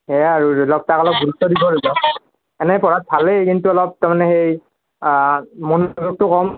সেয়াই আৰু ধৰি লওক তাক অলপ গুৰুত্ব দিব লাগিব এনেই পঢ়াত ভালেই কিন্তু তাৰমানে সেই মনোযোগটো কম